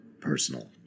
Personal